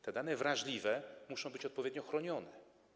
Te dane wrażliwe muszą być odpowiednio chronione.